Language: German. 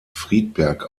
friedberg